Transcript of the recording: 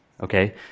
Okay